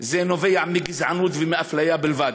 זה נובע מגזענות ומאפליה בלבד.